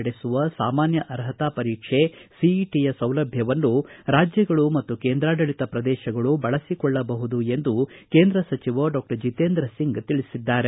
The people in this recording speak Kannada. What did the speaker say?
ನಡೆಸುವ ಸಾಮಾನ್ಯ ಅರ್ಹತಾ ಪರೀಕ್ಷೆ ಸಿಇಟಿಯ ಸೌಲಭ್ಯವನ್ನು ರಾಜ್ಯಗಳು ಮತ್ತು ಕೇಂದ್ರಾಡಳಿತ ಪ್ರದೇಶಗಳು ಬಳಸಿಕೊಳ್ಳಬಹುದು ಎಂದು ಕೇಂದ್ರ ಸಚಿವ ಡಾಕ್ಟರ್ ಬಿತೇಂದ್ರಸಿಂಗ್ ಹೇಳಿದ್ದಾರೆ